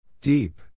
Deep